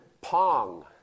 Pong